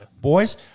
boys